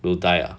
will die ah